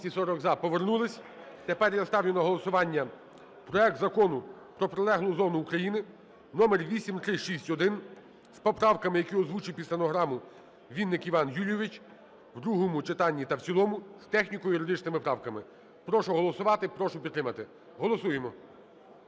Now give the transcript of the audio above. Прошу проголосувати, прошу підтримати. Голосуємо!